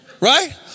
Right